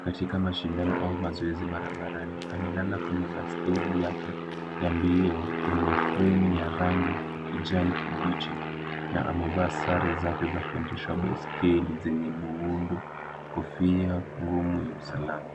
katika mashindano au mazoezi barabarani amelala kwenye baiskeli yake ya mbio yenye fremu ya rangi ya kijani kibichi na amevaa sare zake za kuendesha baiskeli zenye muundo kofia ngumu ya usalama.